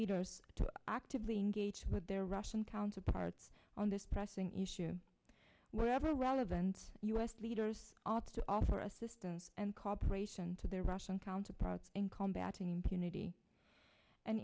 leaders actively engage with their russian counterparts on this pressing issue whatever relevance u s leaders ought to offer assistance and cooperation to their russian counterparts in combating impunity and